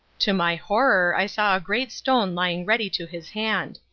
to my horror i saw a great stone lying ready to his hand.